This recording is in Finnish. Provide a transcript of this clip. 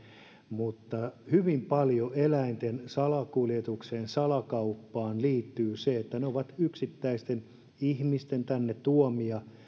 mutta yleensä hyvin paljon eläinten salakuljetukseen salakauppaan liittyy se että ne ovat yksittäisten ihmisten tänne tuomia